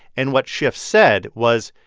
and what schiff said was,